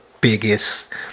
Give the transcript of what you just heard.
biggest